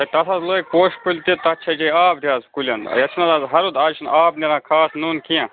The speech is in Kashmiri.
تَتھ حظ لٲگۍ پوشہِ کُلۍ تہِ تَتھ چھچے آب تہِ حظ کُلٮ۪ن یَتھ چھُنہٕ حظ اَز ہرُد اَز چھُنہٕ آب نیران خاص نوٚن کیٚنٛہہ